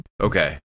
Okay